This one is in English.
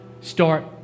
start